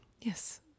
yes